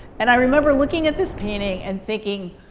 and i remember looking at this painting and thinking,